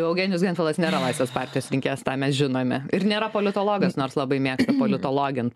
eugenijus gentvilas nėra laisvės partijos rinkėjas tą mes žinome ir nėra politologas nors labai mėgsta politologin